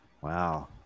Wow